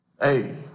hey